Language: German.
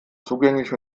zugänglich